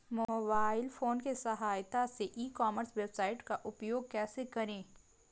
Mobile phone की सहायता से ई कॉमर्स वेबसाइट का उपयोग कैसे करें?